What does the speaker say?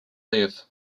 live